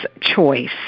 choice